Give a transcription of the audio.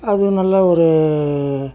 அதுவும் நல்ல ஒரு